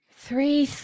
Three